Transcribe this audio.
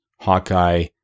Hawkeye